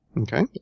Okay